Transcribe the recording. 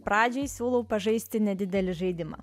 pradžiai siūlau pažaisti nedidelį žaidimą